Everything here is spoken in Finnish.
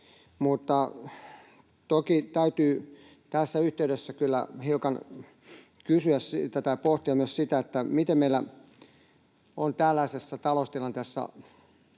Mutta toki täytyy tässä yhteydessä kyllä hiukan pohtia myös sitä, miten meillä on tällaisessa taloustilanteessa